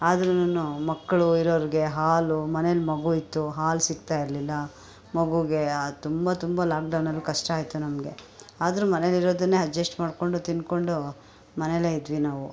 ಆದ್ರೂ ಮಕ್ಳು ಇರೋರಿಗೆ ಹಾಲು ಮನೆಯಲ್ಲಿ ಮಗು ಇತ್ತು ಹಾಲು ಸಿಗ್ತಾ ಇರ್ಲಿಲ್ಲ ಮಗುಗೆ ತುಂಬ ತುಂಬ ಲಾಕ್ಡೌನಲ್ಲಿ ಕಷ್ಟ ಆಯ್ತು ನಮಗೆ ಆದ್ರು ಮನೇಲಿರೋದನ್ನೆ ಅಡ್ಜಸ್ಟ್ ಮಾಡ್ಕೊಂಡು ತಿಂದ್ಕೊಂಡು ಮನೆಯಲ್ಲೇ ಇದ್ವಿ ನಾವು